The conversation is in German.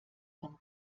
von